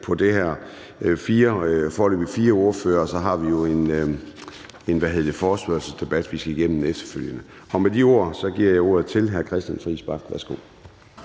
på det her punkt, og så har vi jo en forespørgselsdebat, som vi skal igennem efterfølgende. Med de ord giver jeg ordet til hr. Christian Friis Bach. Værsgo.